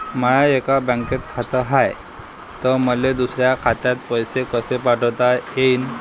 माय एका बँकेत खात हाय, त मले दुसऱ्या खात्यात पैसे कसे पाठवता येईन?